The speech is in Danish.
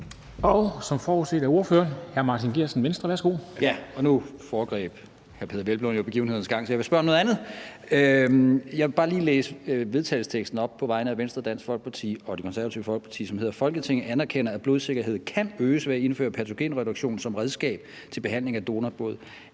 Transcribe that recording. Venstre. Værsgo. Kl. 10:54 Martin Geertsen (V): Ja, og nu foregreb hr. Peder Hvelplund jo begivenhedernes gang. Så jeg vil spørge om noget andet. Jeg vil bare lige læse vedtagelsesteksten på vegne af Venstre, Dansk Folkeparti og Det Konservative Folkeparti op, som hedder: »Folketinget anerkender, at blodsikkerheden kan øges ved at indføre patogenreduktion som redskab til behandling af donorblod,